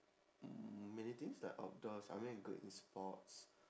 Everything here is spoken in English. many things like outdoors I mean I'm good in sports